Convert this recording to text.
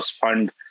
fund